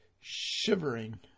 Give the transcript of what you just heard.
shivering